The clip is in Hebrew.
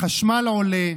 החשמל עולה,